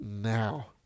now